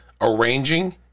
Arranging